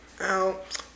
out